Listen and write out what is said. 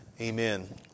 amen